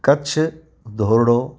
Kutch Dhordo